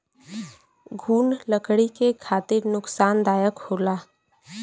घुन लकड़ी के खातिर नुकसानदायक होला